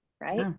Right